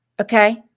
Okay